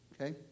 Okay